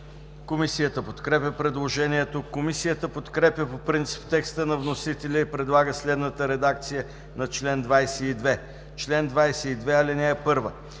Комисията подкрепя предложението. Комисията подкрепя по принцип текста на вносителя и предлага следната редакция на чл. 22: „Чл. 22. (1) Стажьт на